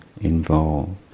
involved